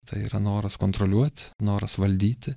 tai yra noras kontroliuot noras valdyti